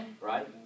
right